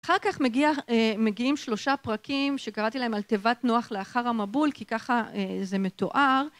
אחר כך מגיעים שלושה פרקים שקראתי להם על תיבת נוח לאחר המבול כי ככה זה מתואר.